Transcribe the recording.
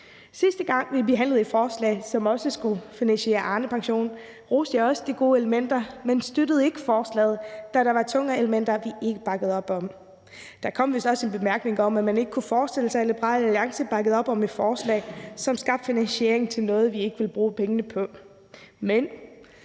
Sidste gang vi behandlede et forslag, som også skulle finansiere Arnepensionen, roste jeg også de gode elementer, men støttede ikke forslaget, da der var elementer, vi ikke bakkede op om. Der kom vist også en bemærkning om, at man ikke kunne forestille sig, at Liberal Alliance bakkede op om et forslag, som skabte finansiering til noget, vi ikke ville bruge pengene på. Men